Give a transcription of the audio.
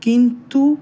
কিন্তু